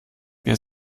wir